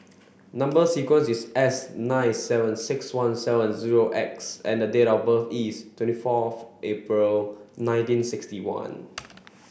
number sequence is S nine seven six one seven zero X and date of birth is twenty four of April nineteen sixty one